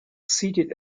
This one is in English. seated